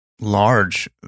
large